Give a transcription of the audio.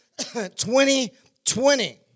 2020